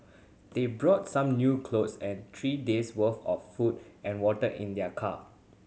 they brought some new clothes and three days' worth of food and water in their car